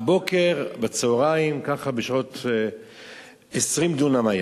בשעות הבוקר, הצהריים, 20 דונם.